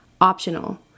optional